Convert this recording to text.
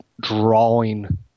drawing